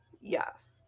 Yes